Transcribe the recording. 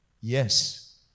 Yes